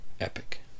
epic